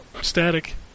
static